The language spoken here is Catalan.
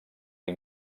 que